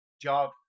Job